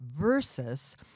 versus